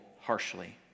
harshly